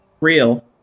Real